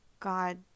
god